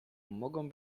mogą